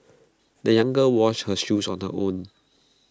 the young girl washed her shoes on her own